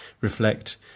reflect